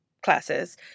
classes